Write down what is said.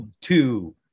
two